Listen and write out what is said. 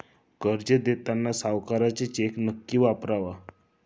कर्ज देताना सावकाराचा चेक नक्की वापरावा